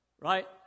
Right